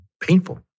painful